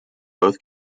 both